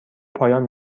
پایان